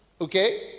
Okay